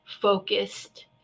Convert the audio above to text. focused